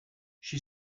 she